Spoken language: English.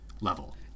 level